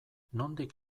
nondik